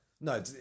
No